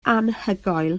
anhygoel